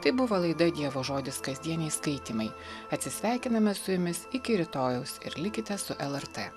tai buvo laida dievo žodis kasdieniai skaitymai atsisveikiname su jumis iki rytojaus ir likite su lrt